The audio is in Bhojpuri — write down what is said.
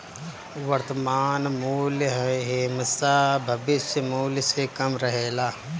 वर्तमान मूल्य हेमशा भविष्य मूल्य से कम रहेला